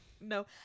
No